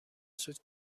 سوت